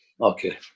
Okay